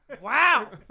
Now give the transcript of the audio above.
Wow